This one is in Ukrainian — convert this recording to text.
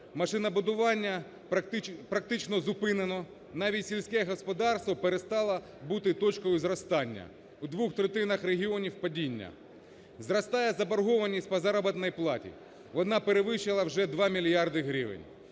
машинобудування практично зупинено, навіть сільське господарство перестало бути точкою зростання, у двох третинах регіонів падіння. Зростає заборгованість по заробітній платі, вона перевищила вже 2 мільярди гривень.